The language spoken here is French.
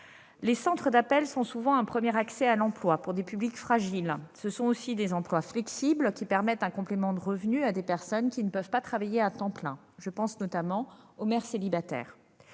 les centres d'appel sont souvent un premier accès à l'emploi pour des publics fragiles ; ces emplois sont flexibles et permettent d'apporter un complément de revenu à des personnes qui ne peuvent pas travailler à temps plein- je pense notamment aux mères célibataires.